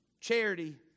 Charity